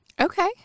Okay